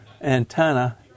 Antenna